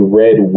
red